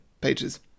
pages